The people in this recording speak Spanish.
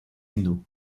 hindú